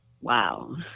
wow